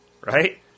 right